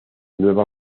nueva